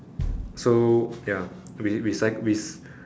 so ya we we sight we